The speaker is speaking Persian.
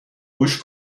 گوش